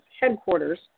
headquarters